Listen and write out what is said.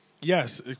Yes